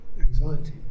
anxiety